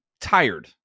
tired